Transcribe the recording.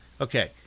Okay